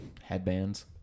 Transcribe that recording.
Headbands